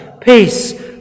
peace